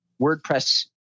WordPress